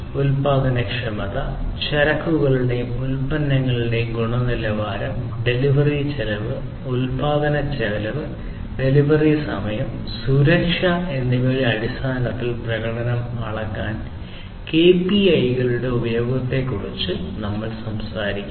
ഉത്പാദനക്ഷമത ചരക്കുകളുടെയും ഉൽപന്നങ്ങളുടെയും ഗുണനിലവാരം ഡെലിവറി ചെലവ് ഉൽപാദനച്ചെലവ് ഡെലിവറി സമയം സുരക്ഷ എന്നിവയുടെ അടിസ്ഥാനത്തിൽ പ്രകടനം അളക്കാൻ KPI കളുടെ ഉപയോഗത്തെക്കുറിച്ച് ഞങ്ങൾ സംസാരിക്കുന്നു